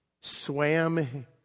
swam